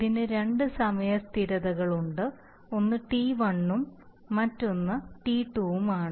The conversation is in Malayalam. ഇതിന് രണ്ട് സമയ സ്ഥിരതകളുണ്ട് ഒന്ന് T1 ഉം മറ്റൊന്ന് T2 ഉം ആണ്